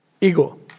ego